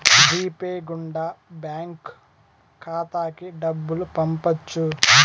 G Pay గుండా bank ఖాతాకి డబ్బులు పంపొచ్చు